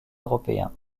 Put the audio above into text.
européens